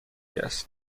است